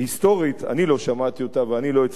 אני לא שמעתי אותה ואני לא הצלחתי לפחות